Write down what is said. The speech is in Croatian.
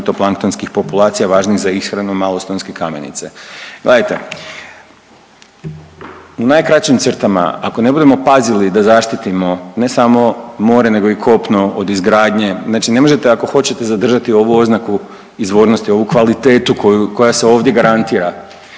fitoplanktonskih populacija važnih za ishranu malostonske kamenice. Gledajte u najkraćim crtama ako ne budemo pazili da zaštitimo ne samo more nego i kopno od izgradnje, znači ne možete ako hoćete zadržati ovu oznaku izvornosti ovu kvalitetu koju, koja se ovdje garantira